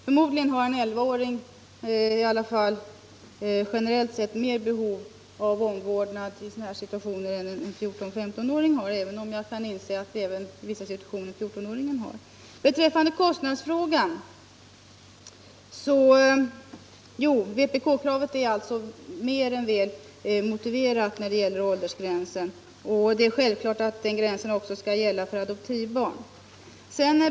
Förmodligen har en 11-åring generellt sett mer behov av omvårdnad vid sjukdom än en 14-åring, även om jag inser att även 14-åringen i vissa situationer behöver omvårdnad. Vpk-kravet är alltså mer än väl motiverat när det gäller åldersgränsen, och det är självklart att den skall gälla också för adoptivbarn.